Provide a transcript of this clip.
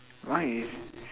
mine is